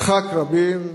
יצחק רבין,